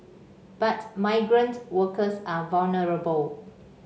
but migrant workers are vulnerable